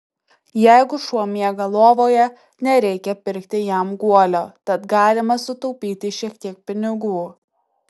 jeigu šuo miega lovoje nereikia pirkti jam guolio tad galima sutaupyti šiek tiek pinigų